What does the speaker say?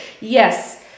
Yes